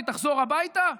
שהיא תחזור הביתה?